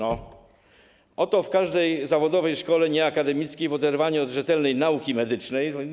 Oto w każdej zawodowej szkole nieakademickiej w oderwaniu od rzetelnej nauki medycznej.